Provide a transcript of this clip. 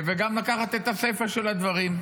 וגם לקחת את הסיפא של הדברים,